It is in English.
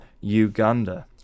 Uganda